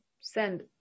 send